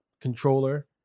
controller